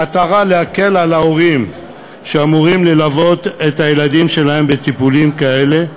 במטרה להקל על ההורים שאמורים ללוות את הילדים שלהם בטיפולים כאלה,